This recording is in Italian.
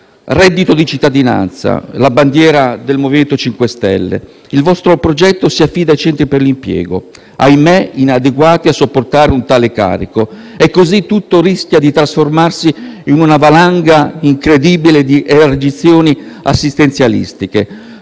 reddito di cittadinanza, la bandiera del MoVimento 5 Stelle, il vostro progetto si affida ai centri per l'impiego, che - ahimè - sono inadeguati a sopportare un tale carico; e così, tutto rischia di trasformarsi in una valanga incredibile di elargizioni assistenzialistiche.